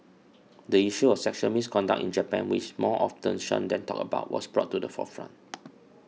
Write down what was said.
the issue of sexual misconduct in Japan which is more often shunned than talked about was brought to the forefront